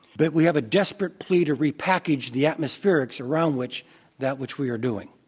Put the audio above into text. that we have a desperate plea to repackage the atmospherics around which that which we are doing.